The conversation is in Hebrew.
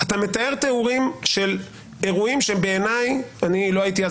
אתה מתאר תיאורים של אירועים שהם בעיניי לא הייתי אז